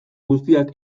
guztiak